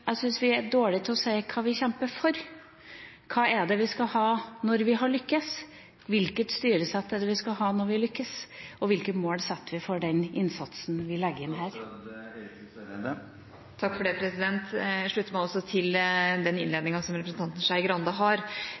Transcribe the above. jeg syns vi er dårlige til å si hva det er vi kjemper for. Hva er det vi skal ha når vi har lyktes? Hvilket styresett er det vi skal ha når vi har lyktes, og hvilket mål setter vi for den innsatsen vi legger inn her? Jeg slutter meg til den innledningen som representanten Skei Grande har.